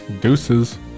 Deuces